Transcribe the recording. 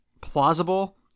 plausible